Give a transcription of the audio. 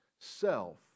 Self